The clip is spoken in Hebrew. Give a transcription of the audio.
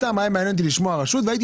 היה מעניין אותי לשמוע שם של רשות והייתי